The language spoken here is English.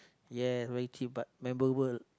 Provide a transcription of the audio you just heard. ya very cheap but memorable